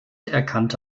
erkannte